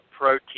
protein